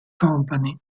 company